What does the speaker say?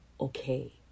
okay